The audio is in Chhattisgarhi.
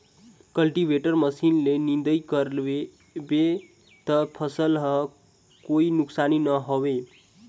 कल्टीवेटर मसीन ले निंदई कर बे त फसल ल कोई नुकसानी नई होये